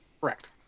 Correct